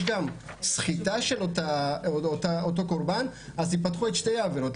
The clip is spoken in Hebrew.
גם סחיטה של אותו קורבן אז ייפתחו שתי העבירות.